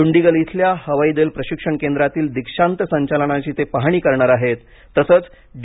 दुंडीगल इथल्या हवाई दल प्रशिक्षण केंद्रातील दीक्षांत संचालनाची ते पहाणी करणार आहेत तसंच डी